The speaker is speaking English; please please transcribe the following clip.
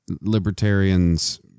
libertarians